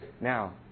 Now